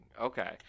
Okay